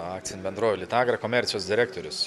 akcinė bendrovė lytagra komercijos direktorius